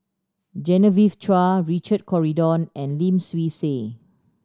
Genevieve Chua Richard Corridon and Lim Swee Say